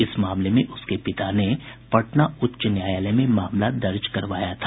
इस मामले में उसके पिता ने पटना उच्च न्यायालय में मामला दर्ज कराया था